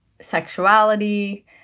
sexuality